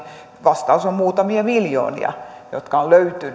vastaus on muutamia miljoonia jotka ovat löytyneet